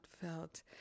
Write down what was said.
felt